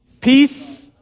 peace